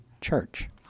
church